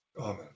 Amen